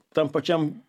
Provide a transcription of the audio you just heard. tom pačiom